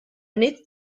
nid